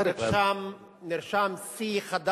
למען יישום החוק